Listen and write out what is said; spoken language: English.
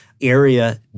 area